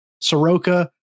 Soroka